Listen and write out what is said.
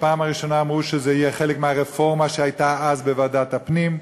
בפעם הראשונה אמרו שזה יהיה חלק מהרפורמה שהייתה אז בוועדת הפנים,